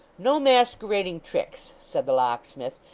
no masquerading tricks said the locksmith,